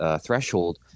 threshold